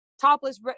Topless